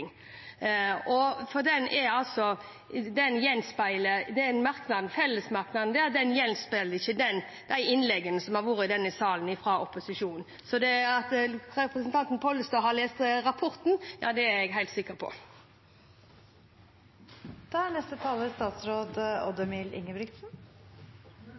Fellesmerknaden der gjenspeiler ikke innleggene som har vært holdt i denne salen fra opposisjonen. At representanten Pollestad har lest rapporten, er jeg helt sikker på. Jeg ble utfordret av representanten Pollestad om hva som var min agenda i fiskeripolitikken. Min agenda er